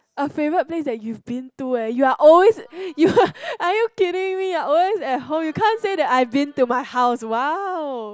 a favorite place you've been to leh you are always are you kidding me always at home you can't say that I been to my house !wow!